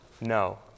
no